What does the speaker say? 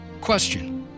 Question